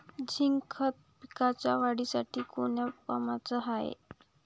Zinc खत पिकाच्या वाढीसाठी कोन्या कामाचं हाये?